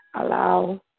allow